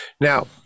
Now